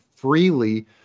Freely